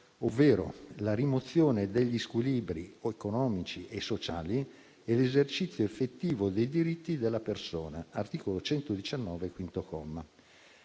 ovvero la rimozione degli squilibri economici e sociali e l'esercizio effettivo dei diritti della persona (articolo 119,